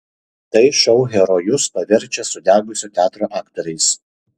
tai šou herojus paverčia sudegusio teatro aktoriais